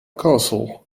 castle